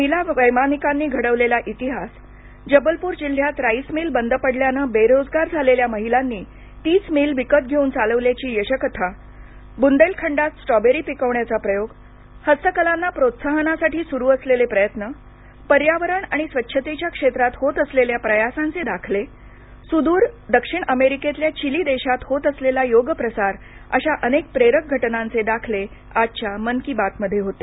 महिला वैमानिकांनी घडवलेला इतिहास जबलपूर जिल्ह्यात राईस मिल बंद पडल्यानं बेरोजगार झालेल्या महिलांनी तीच मिल विकत घेऊन चालवल्याची यशकथा बुंदेलखंडात स्ट्रॉबेरी पिकवण्याचा प्रयोग हस्तकलांना प्रोत्साहनासाठी सुरू असलेले प्रयत्नपर्यावरण आणि स्वच्छतेच्या क्षेत्रात होत असलेल्या प्रयासांचे दाखले सुदूर दक्षिण अमेरिकेतल्या चिली देशात होत असलेला योग प्रसार अशा अनेक प्रेरक घटनांचे दाखले आजच्या मन की बात मध्ये होते